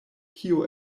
kio